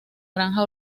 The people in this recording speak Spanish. granja